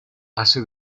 hace